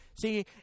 See